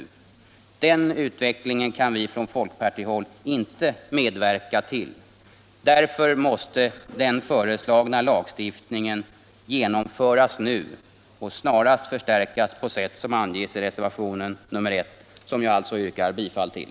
En sådan utveckling kan vi från folkpartihåll inte medverka till. Den föreslagna lagstiftningen bör därför genomföras nu och snarast förstärkas på sätt som anges i reservationen 1, som jag alltså yrkar bifall till.